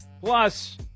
Plus